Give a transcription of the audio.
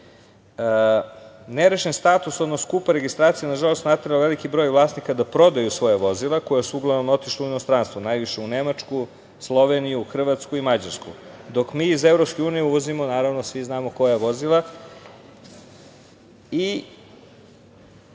Srbiju. Nerešen status, skupa registracija, nažalost natera veliki broj vlasnika da prodaju svoja vozila, koja su uglavnom otišla u inostranstvo, najviše u Nemačku, Sloveniju, Hrvatsku i Mađarsku, dok mi iz EU uvozimo naravno svi znamo koja vozila. Opet